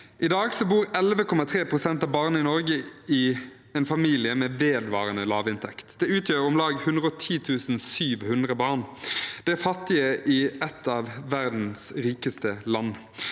I dag bor 11,3 pst. av barn i Norge i en familie med vedvarende lavinntekt. Det utgjør om lag 110 700 barn. De er fattige i et av verdens rikeste land.